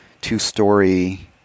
two-story